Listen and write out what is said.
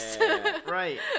right